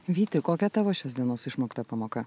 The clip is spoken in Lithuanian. vyti kokia tavo šios dienos išmokta pamoka